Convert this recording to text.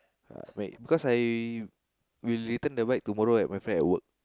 uh bike because I will return the bike tomorrow at my friend at work